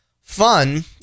fun